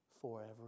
Forever